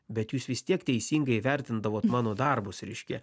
bet jūs vis tiek teisingai vertindavot mano darbus reiškia